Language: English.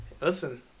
Listen